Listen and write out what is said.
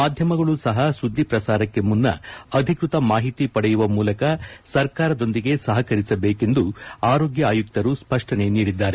ಮಾಧ್ಯಮಗಳೂ ಸಹ ಸುದ್ದಿ ಪ್ರಸಾರಕ್ಷಿ ಮುನ್ನ ಅಧಿಕೃತ ಮಾಹಿತಿ ಪಡೆಯುವ ಮೂಲಕ ಸರ್ಕಾರದೊಂದಿಗೆ ಸಪಕರಸಬೇಕೆಂದು ಆರೋಗ್ನ ಆಯುಕರು ಸಪ್ಪನೆ ನೀಡಿದ್ದಾರೆ